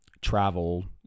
travel